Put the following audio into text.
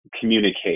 communicate